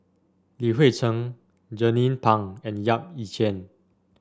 Li Hui Cheng Jernnine Pang and Yap Ee Chian